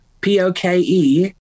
P-O-K-E